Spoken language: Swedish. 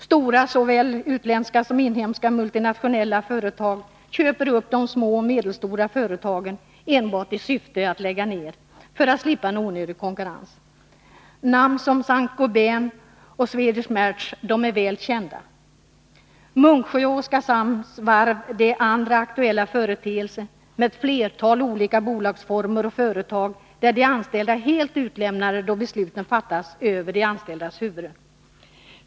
Stora såväl utländska som inhemska multinationella företag köper upp de små och medelstora företagen, enbart i syfte att lägga ner för att slippa onödig konkurrens. Namn som Saint Gobain och Swedish Match är väl kända. Munksjö och Oskarshamns varv är andra aktuella företeelser, med flera olika bolagsformer och företag där de anställda är helt utlämnade, då besluten fattas över deras huvuden.